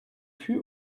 fut